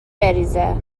بریزه